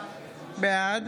בעד